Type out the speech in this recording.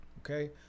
okay